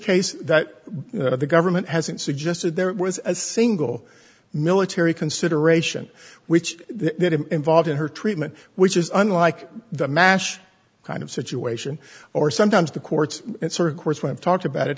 case that the government hasn't suggested there was a single military consideration which involved in her treatment which is unlike the mash kind of situation or sometimes the courts sort of course when talked about it